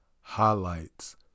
highlights